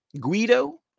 Guido